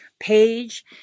page